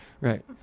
Right